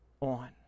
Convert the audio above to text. on